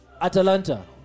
Atalanta